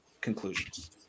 conclusions